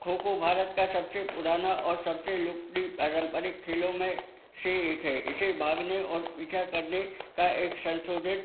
खो खो भारत का सबसे पुराना और सबसे लोकप्रिय पारम्परिक खेलों में से एक है इसे भागने और पीछा करने का एक संशोधित